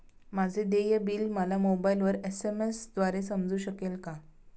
माझे देय बिल मला मोबाइलवर एस.एम.एस द्वारे समजू शकेल का?